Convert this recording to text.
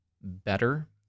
better